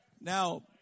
Now